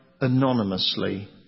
anonymously